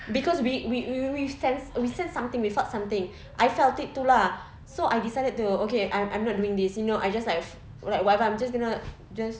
cause we we we we sense we sense something we felt something I felt it too lah so I decided to okay I'm I'm not doing this you know I just like like whatever I'm just gonna just